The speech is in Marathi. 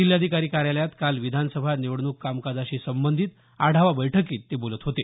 जिल्हाधिकारी कार्यालयात काल विधानसभा निवडणूक कामकाजाशी संबंधित आढावा बैठकीत ते बोलत होते